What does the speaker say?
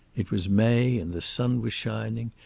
it was may, and the sun was shining.